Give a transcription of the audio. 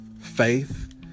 faith